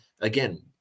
again